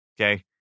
okay